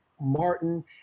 Martin